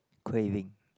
craving